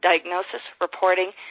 diagnosis, reporting,